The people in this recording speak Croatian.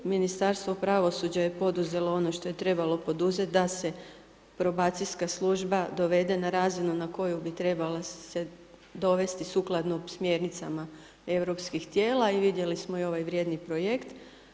Ministarstvo pravosuđa je poduzelo ono što je trebalo poduzeti da se probacijska služba dovede na razinu na koju bi trebala se dovesti sukladno smjernicama europskih tijela i vidjeli smo i ovaj vrijedni projekt.